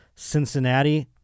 Cincinnati